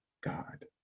God